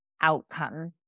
outcome